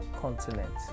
continent